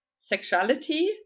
sexuality